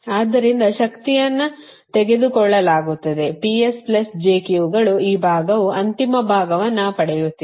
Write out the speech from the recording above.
ಆದ್ದರಿಂದ ಶಕ್ತಿಯನ್ನು ತೆಗೆದುಕೊಳ್ಳಲಾಗುತ್ತದೆ Ps jQ ಗಳು ಈ ಭಾಗವು ಅಂತಿಮ ಭಾಗವನ್ನು ಪಡೆಯುತ್ತಿದೆ